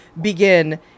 begin